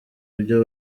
ibyo